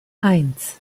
eins